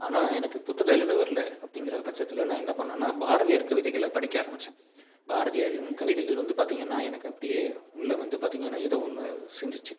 ஆனால் எனக்கு புத்தகம் எழுத வரல அப்படிங்கிற பட்சத்தில் நான் என்ன பண்ணேன்னா பாரதியார் கவிதைகளை படிக்க ஆரம்பிச்சேன் பாரதியாரின் கவிதைகள் வந்து பார்த்திங்கனா எனக்கு அப்படியே உள்ள வந்து பார்த்திங்கனா எதோ ஒன்று செஞ்சிச்சு